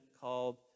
called